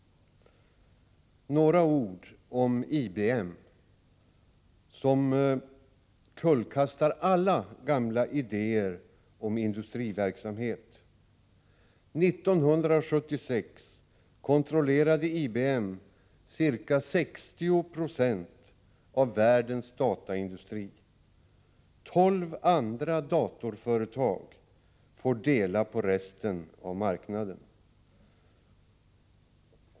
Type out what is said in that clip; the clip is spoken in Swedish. Några ord om IBM som kullkastar alla gamla idéer om industriverksamhet. 1976 kontrollerade IBM ca 60 20 av världens dataindustri. Tolv andra datorföretag får dela på resten av marknaden.